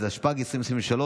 התשפ"ג 2023,